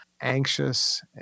anxious